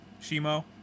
Shimo